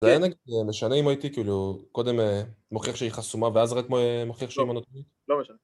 זה משנה אם הייתי כאילו קודם מוכיח שהיא חסומה ואז רק מוכיח שהיא מונוטומית? לא משנה